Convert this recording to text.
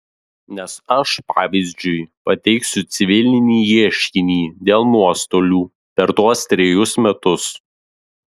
nes aš pavyzdžiui pateiksiu civilinį ieškinį dėl nuostolių per tuos trejus metus